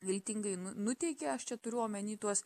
viltingai nuteikė aš čia turiu omeny tuos